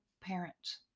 parents